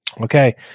Okay